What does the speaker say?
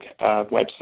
website